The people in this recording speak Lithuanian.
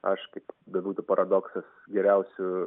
aš kaip bebūtų paradoksas geriausiu